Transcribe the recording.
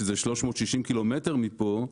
שזה 360 ק"מ מפה,